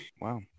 wow